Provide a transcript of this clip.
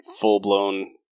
full-blown